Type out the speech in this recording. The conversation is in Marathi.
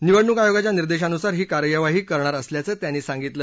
निवडणूक आयोगाच्या निर्देशांनुसार ही कार्यवाही करणार असल्याचं त्यांनी सांगितलं